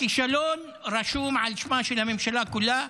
הכישלון רשום על שמה של הממשלה כולה,